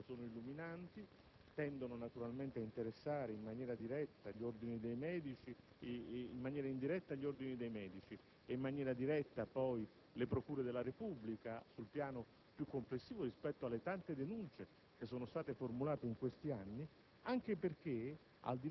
Gli esempi, sotto questo aspetto, sono illuminanti; tendono naturalmente ad interessare in maniera indiretta gli Ordini dei medici ed in maniera diretta poi le procure della Repubblica, sul piano più complessivo rispetto alle tante denunce che sono state formulate in questi anni.